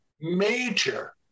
major